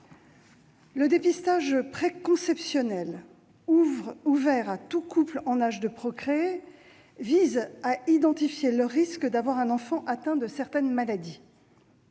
Le dépistage préconceptionnel ouvert à tout couple en âge de procréer vise à identifier le risque d'avoir un enfant atteint de certaines maladies.